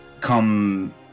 come